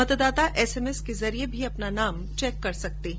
मतदाता एसएमएस के जरिए भी अपना नाम चैक कर सकते हैं